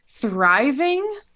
thriving